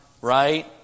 right